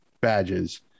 badges